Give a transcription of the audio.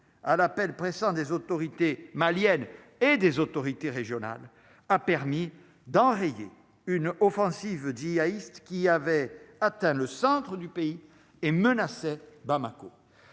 à l'appel pressant des autorités maliennes et des autorités régionales a permis d'enrayer une offensive dit à East, qui avaient atteint le centre du pays et menaçaient Bamako